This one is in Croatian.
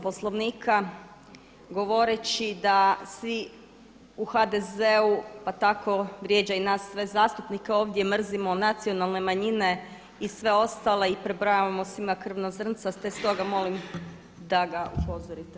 Poslovnika govoreći da svi u HDZ-u pa tako vrijeđa i nas sve zastupnike ovdje mrzimo nacionalne manjine i sve ostale i prebrojavamo svima krvna zrnca te stoga molim da ga upozorite.